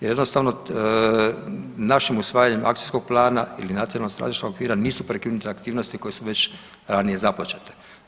Jer jednostavno načinom usvajanja akcijskog plana ili nacionalnog strateškog okvira nisu prekinute aktivnosti koje su već ranije započete.